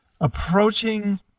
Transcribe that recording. approaching